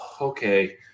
okay